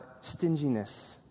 stinginess